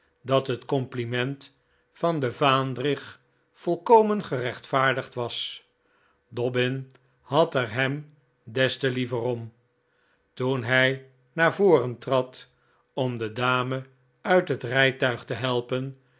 dat het compliment van den vaandrig volkomen gerechtvaardigd was dobbin had er hem des te liever om toen hij naar voren trad om de dame uit het rijtuig te helpen